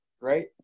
right